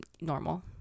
normal